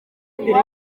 amerika